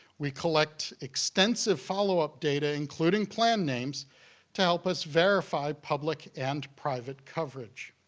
we collect extensive follow-up data including plan names to help us verify public and private coverage.